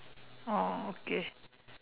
oh okay